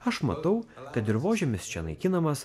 aš matau kad dirvožemis čia naikinamas